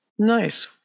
Nice